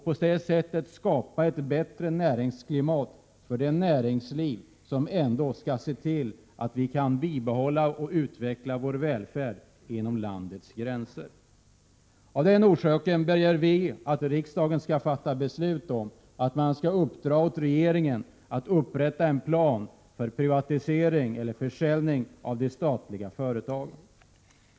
På det sättet skulle ett bättre näringsklimat skapas för det näringsliv som skall möjliggöra att vi kan bibehålla och utveckla vår välfärd inom landets gränser. Av den anledningen begär vi att riksdagen skall fatta beslut om att uppdra åt regeringen att upprätta en plan för privatisering eller försäljning av de statliga företagen.